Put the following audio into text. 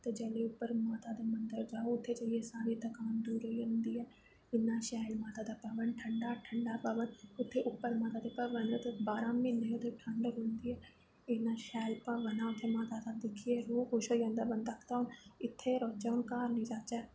ते जाइयै उप्पर माता दे मन्दर जाओ उत्थें जाइयै सारी थकान दूर होई जंदी ऐ इन्ना शैल माता दा भवन ठंडा ठंडा भवन उत्थें उप्पर माता दे भवन ते बारां म्हीने उत्थें ठंड रौंह्दी ऐ इन्ना शैल भवन ऐ उत्थै माता दे दिक्खियै रूह् खुश होई जंदा बंदा आखदा हून इत्थें गै रौह्चै हून घर निं जाच्चै